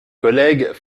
collègues